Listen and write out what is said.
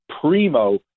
primo